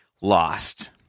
lost